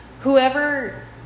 whoever